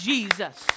Jesus